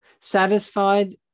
satisfied